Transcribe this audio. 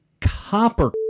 copper